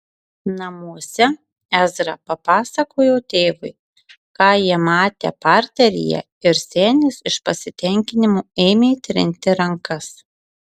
namuose ezra papasakojo tėvui ką jie matę parteryje ir senis iš pasitenkinimo ėmė trinti rankas